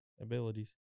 abilities